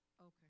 Okay